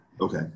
Okay